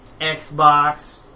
Xbox